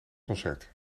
concert